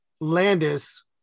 Landis